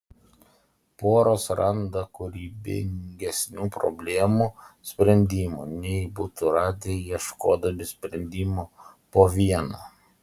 poros randa kūrybingesnių problemų sprendimų nei būtų radę ieškodami sprendimo po vieną